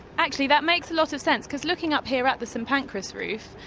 actually that makes a lot of sense because looking up here at the st pancras roof,